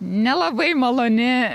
nelabai maloni